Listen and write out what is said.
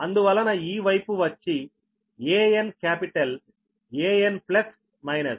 అందువలన ఈ వైపు వచ్చి AN క్యాపిటల్ 'An'ప్లస్ మైనస్